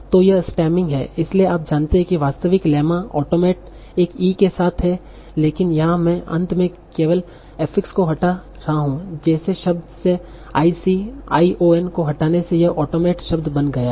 तो यह स्टेमिंग है इसलिए आप जानते हैं कि वास्तविक लेम्मा automate एक e के साथ है लेकिन यहां मैं अंत में केवल एफिक्स को हटा रहा हूं जेसे शब्द से ic ion को हटाने से यह automate शब्द बना गया है